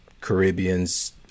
Caribbeans